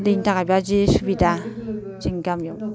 दैनि थाखाय दा जे सुबिदा जोंनि गामियाव